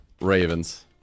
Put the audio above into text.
Ravens